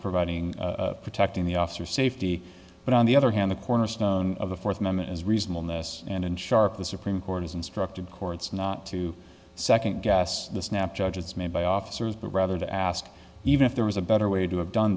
providing protecting the officer safety but on the other hand the cornerstone of the fourth amendment is reasonable ness and in sharp the supreme court has instructed courts not to second guess the snap judgments made by officers but rather to ask even if there was a better way to have done